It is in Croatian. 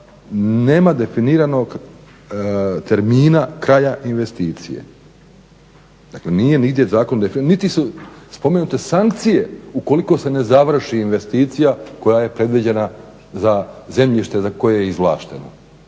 nema definiranog termina kraja investicije. Dakle nije nigdje zakon definirao niti su spomenute sankcije ukoliko se ne završi investicija koja je predviđena za zemljište koje je izvlašteno.